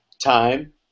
time